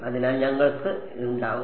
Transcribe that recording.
അതിനാൽ ഞങ്ങൾ ഇത് ഉണ്ടാക്കും